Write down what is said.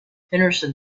henderson